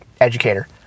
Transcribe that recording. educator